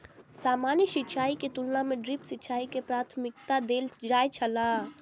सामान्य सिंचाई के तुलना में ड्रिप सिंचाई के प्राथमिकता देल जाय छला